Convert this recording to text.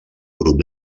grup